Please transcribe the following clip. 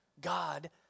God